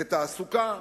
לתעסוקה,